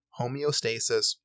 homeostasis